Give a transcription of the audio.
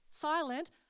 silent